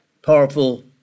Powerful